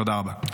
תודה רבה.